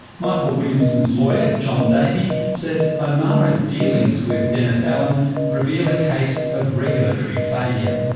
michael williamson's lawyer, john davey, says omara's dealings with dennis allan reveal a case of regulatory failure.